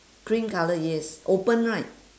cream colour yes open right